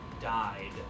died